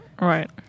Right